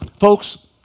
Folks